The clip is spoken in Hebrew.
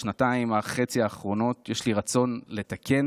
בשנתיים וחצי האחרונות יש לי רצון לתקן